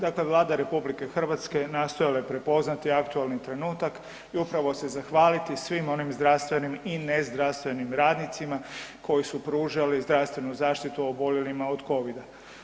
Dakle Vlada RH nastojala je prepoznati aktualni trenutak i upravo se zahvaliti svim onim zdravstvenim i nezdravstvenim radnicima koji su pružali zdravstvenu zaštitu oboljelima od Covida.